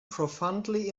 profoundly